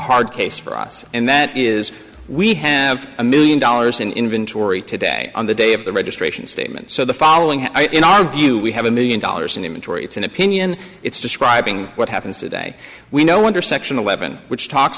hard case for us and that is we have a million dollars in inventory today on the day of the registration statement so the following in our view we have a million dollars in the majority it's an opinion it's describing what happens today we know under section eleven which talks